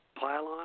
pylon